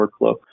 workflow